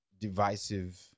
divisive